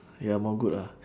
ya more good lah